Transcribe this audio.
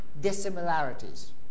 dissimilarities